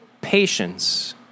Patience